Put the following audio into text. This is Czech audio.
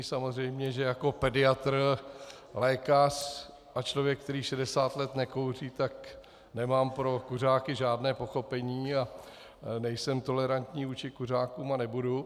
Samozřejmě že jako pediatr, lékař a člověk, který 60 let nekouří, nemám pro kuřáky žádné pochopení a nejsem tolerantní vůči kuřákům a nebudu.